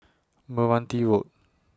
Meranti Road